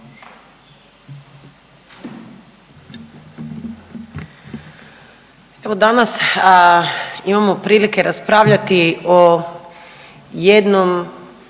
Evo danas imamo prilike raspravljati o jednom